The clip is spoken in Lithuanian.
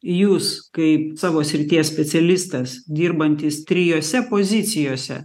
jūs kaip savo srities specialistas dirbantis trijose pozicijose